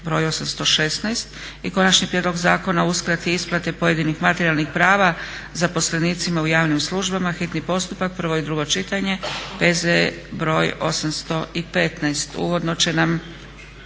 sljedeće. Konačni prijedlog zakona o uskrati isplate pojedinih materijalnih prava zaposlenicima u javnim službama, hitni postupak, prvo i drugo čitanje, P.Z. br. 815, rasprava